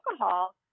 alcohol